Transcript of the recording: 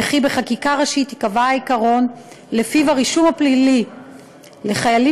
וכי בחקיקה ראשית ייקבע העיקרון שלפיו הרישום הפלילי לחיילים